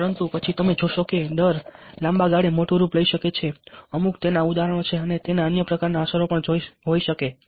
પરંતુ પછી તમે જોશો કે ડર લાંબા ગાળે મોટુ રૂપ લઈ શકે છે અમુક તેના ઉદાહરણો છે અને તેના અન્ય પ્રકારનાં અસરો પણ હોઈ શકે છે